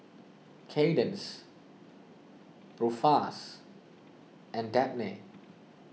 Kadence Ruffus and Dabney